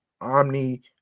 Omni